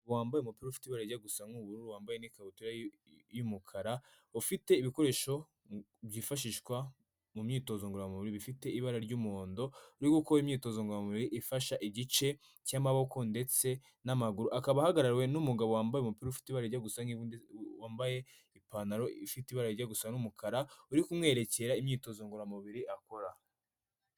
Umugabo wambaye umupipura ufite rijya gusa nk'ubururu, wambaye n' ikabutura y'umukara ufite ibikoresho byifashishwa mu myitozo ngororamubiri, ifite ibara ry'umuhondo, uri gukora imyitozo ngoromubiri ifasha igice cy'amaboko ndetse n'amaguru, akaba ahagarariwe n'umugabo wambaye umupira ufite ibara rijya gusa, wambaye ipantaro ifite ibara rijya gusa n'umukara, uri kumwerekera imyitozo ngoramubiri akora.